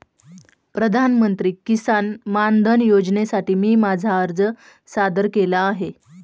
प्रधानमंत्री किसान मानधन योजनेसाठी मी माझा अर्ज सादर केला आहे